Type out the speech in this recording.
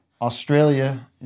Australia